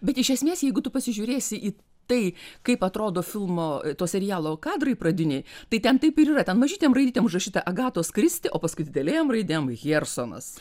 bet iš esmės jeigu tu pasižiūrėsi į tai kaip atrodo filmo serialo kadrai pradiniai tai ten taip ir yra ten mažytėm raidytėm užrašyta agatos kristi o paskui didelėm raidėm hjersonas